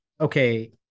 okay